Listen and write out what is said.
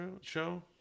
show